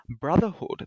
brotherhood